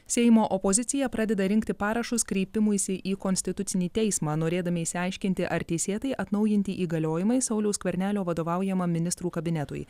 seimo opozicija pradeda rinkti parašus kreipimuisi į konstitucinį teismą norėdami išsiaiškinti ar teisėtai atnaujinti įgaliojimai sauliaus skvernelio vadovaujamam ministrų kabinetui